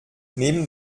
neben